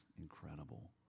incredible